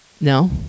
No